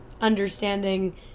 understanding